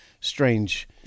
strange